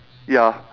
ya